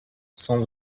cent